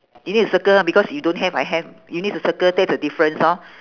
you need to circle because you don't have I have you need to circle that's the difference lor